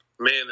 Man